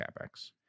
capex